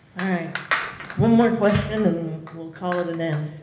right. one more question, and we'll call it an end.